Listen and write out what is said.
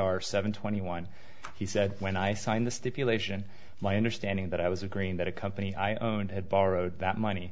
r seven twenty one he said when i signed the stipulation my understanding that i was agreeing that a company i owned had borrowed that money